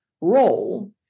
role